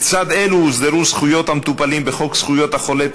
לצד אלו הוסדרו זכויות המטופלים בחוק זכויות החולה,